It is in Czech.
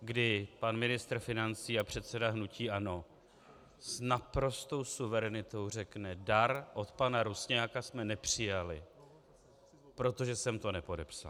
kdy pan ministr financí a předseda hnutí ANO s naprostou suverenitou řekne: Dar od pana Rusňáka jsme nepřijali, protože jsem to nepodepsal.